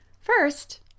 First